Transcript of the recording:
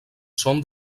són